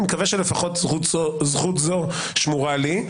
מקווה שלפחות זכות זו שמורה לי.